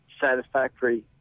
satisfactory